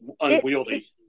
unwieldy